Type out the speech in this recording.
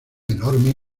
enorme